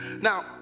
Now